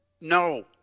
No